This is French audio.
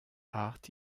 art